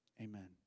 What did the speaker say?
amen